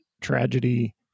tragedy